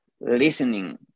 listening